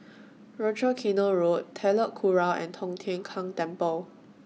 Rochor Canal Road Telok Kurau and Tong Tien Kung Temple